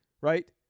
right